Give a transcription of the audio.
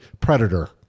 Predator